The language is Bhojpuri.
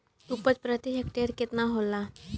उपज प्रति हेक्टेयर केतना होला?